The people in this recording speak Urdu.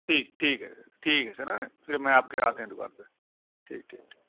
ٹھیک ٹھیک ہے ٹھیک ہے سر پھر میں آپ کے آتے ہیں دکان پہ ٹھیک ٹھیک